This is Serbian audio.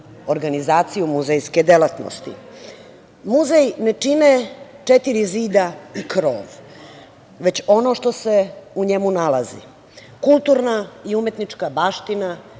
organizaciju muzejske delatnosti. Muzej ne čine četiri zida i krov, već ono što se u njemu nalazi - kulturna i umetnička baština,